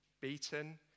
beaten